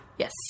Yes